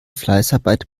fleißarbeit